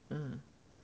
mm